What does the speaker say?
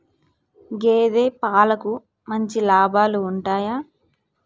గేదే పాలకి మంచి లాభాలు ఉంటయా?